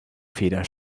feder